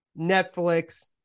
Netflix